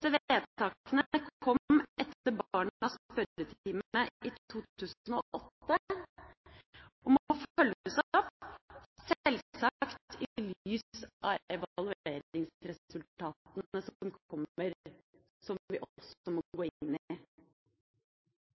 vedtakene kom etter Barnas Spørretime i 2008, og må følges opp, sjølsagt i lys av evalueringsresultatene som kommer, som vi også må gå inn